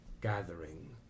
gathering